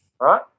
Right